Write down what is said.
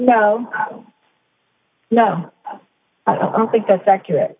so no i don't think that's accurate